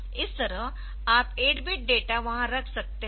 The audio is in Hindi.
इस तरह आप 8 बिट डेटा वहाँ रख सकते है